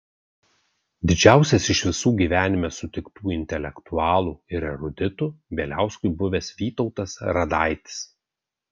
didžiausias iš visų gyvenime sutiktų intelektualų ir eruditų bieliauskui buvęs vytautas radaitis